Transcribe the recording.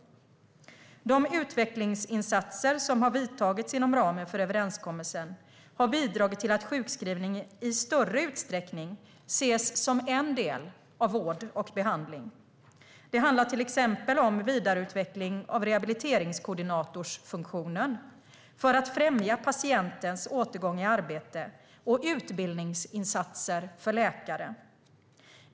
De utvecklingsinsatser som har vidtagits inom ramen för överenskommelsen har bidragit till att sjukskrivning i större utsträckning ses som en del av vård och behandling. Det handlar till exempel om vidareutveckling av rehabiliteringskoordinatorfunktionen för att främja patienten återgång i arbete och utbildningsinsatser för läkare.